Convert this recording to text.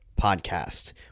podcast